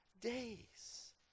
days